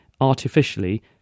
artificially